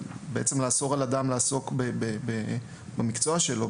ולאסור על אדם לעסוק במקצוע שלו.